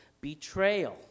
Betrayal